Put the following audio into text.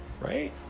right